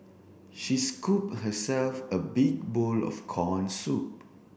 she scoop herself a big bowl of corn soup